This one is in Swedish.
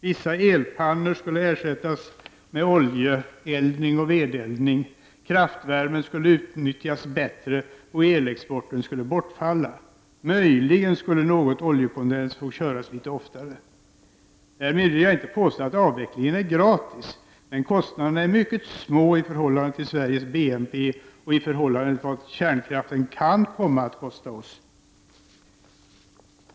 Vissa elpannor skulle ersättas med oljeeldning och vedeldning, kraftvärme skulle utnyttjas bättre och elexporten skulle bortfalla. Möjligen skulle något oljekondensverk få köras litet oftare. Därmed vill vi inte påstå att avvecklingen är gratis, men kostnaderna är mycket små i förhållande till Sveriges BNP och i förhållande till vad kärnkraften kan komma att kosta oss.